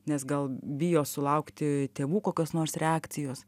nes gal bijo sulaukti tėvų kokios nors reakcijos